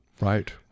Right